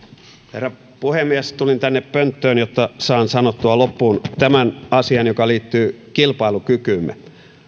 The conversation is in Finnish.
herra puhemies tulin tänne pönttöön jotta saan sanottua loppuun tämän asian joka liittyy kilpailukykyymme